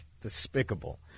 despicable